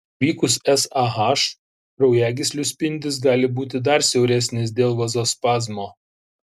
įvykus sah kraujagyslių spindis gali būti dar siauresnis dėl vazospazmo